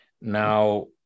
Now